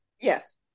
Yes